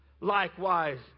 Likewise